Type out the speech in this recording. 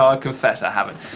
i confess, i haven't.